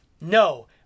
no